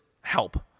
help